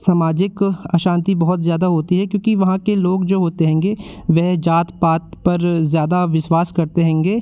समाजिक अशांति बहुत ज़्यादा होती है क्योंकि वहाँ के लोग जो होते हैंगे वह जात पात पर ज़्यादा विश्वास करते हैंगे